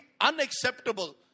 unacceptable